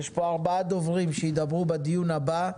ארבעה דוברים שידברו בדיון הבא,